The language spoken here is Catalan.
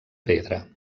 pedra